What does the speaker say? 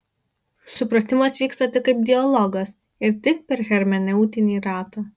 supratimas vyksta tik kaip dialogas ir tik per hermeneutinį ratą